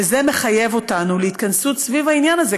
וזה מחייב אותנו להתכנסות סביב העניין הזה,